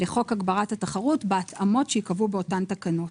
לחוק הגברת התחרות בהתאמות שייקבעו באותן תקנות".